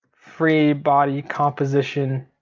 free body composition